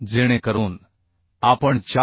जेणेकरून आपण 4